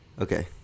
Okay